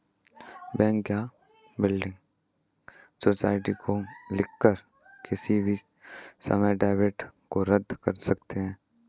bank या building society को लिखकर किसी भी समय डेबिट को रद्द कर सकते हैं